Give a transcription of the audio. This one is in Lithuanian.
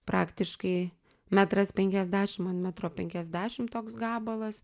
praktiškai metras penkiasdešim metro penkiasdešim toks gabalas